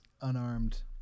unarmed